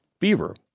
beaver